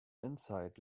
insight